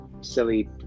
silly